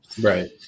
Right